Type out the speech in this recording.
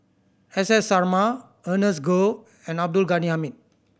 S S Sarma Ernest Goh and Abdul Ghani Hamid